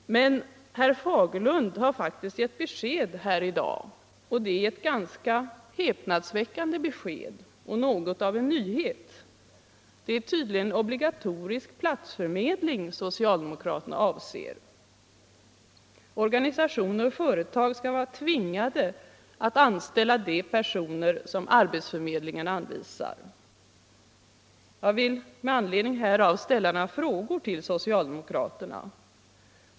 Men herr Fagerlund har faktiskt gett besked här i dag, och det är ett ganska häpnadsväckande besked och något av en nyhet. Det är tydligen obligatorisk platsförmedling socialdemokraterna avser. Organisationer och företag skall vara tvingade att anställa de personer som arbetsförmedlingarna anvisar. Jag vill med anledning härav ställa några frågor till socialdemokraterna.